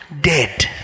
dead